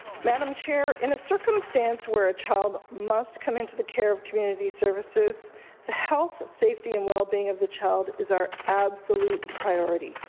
madam chair, in a circumstance where a child must come into the care of community services health, safety and well-being of the child is our absolute priority.